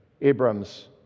Abram's